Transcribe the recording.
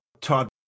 Todd